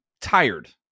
tired